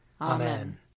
Amen